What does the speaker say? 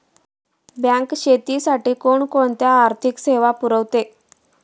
Bank शेतीसाठी कोणकोणत्या आर्थिक सेवा पुरवते?